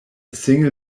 single